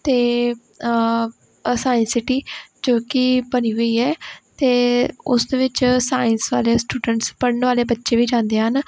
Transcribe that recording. ਅਤੇ science city ਜੋ ਕਿ ਬਣੀ ਹੋਈ ਹੈ ਅਤੇ ਉਸ ਦੇ ਵਿੱਚ ਸਾਇੰਸ ਵਾਲੇ ਸਟੂਡੈਂਟਸ ਪੜ੍ਹਨ ਵਾਲੇ ਬੱਚੇ ਵੀ ਜਾਂਦੇ ਹਨ